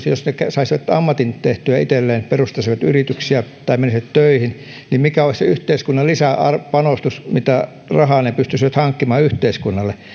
jos nuoret saisivat ammatin itselleen perustaisivat yrityksiä tai menisivät töihin niin mikä olisi se lisäpanostus että miten paljon rahaa he pystyisivät hankkimaan yhteiskunnalle